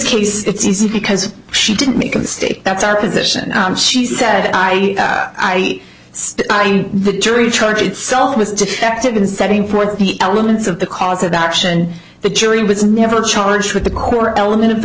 case it's easy because she didn't make a mistake that's our position and she said i i i think the jury charge itself was defective in setting forth the elements of the cause of action the jury was never charged with the core element of the